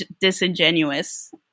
disingenuous